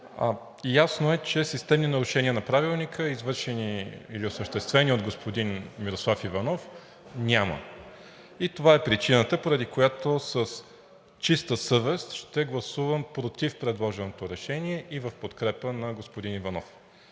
Ясно е, че системни нарушения на Правилника, извършени или осъществени от господин Мирослав Иванов, няма. Това е причината, поради която с чиста съвест ще гласувам против предложеното решение и в подкрепа на господин Иванов.